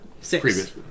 Six